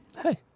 Hey